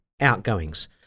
outgoings